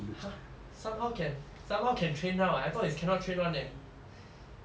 !huh! somehow can somehow can train [one] ah I thought is cannot train [one] eh